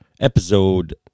episode